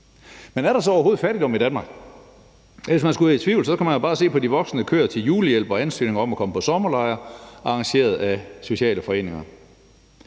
Men er der så overhovedet fattigdom i Danmark? Hvis man skulle være i tvivl, skal man bare se på de længere køer til julehjælp og på ansøgningerne om at komme på sommerlejr arrangeret af sociale foreninger.